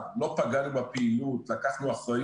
הם לא צריכים להיות מועדפים לטובה אבל הם בטח לא צריכים להיות מופלים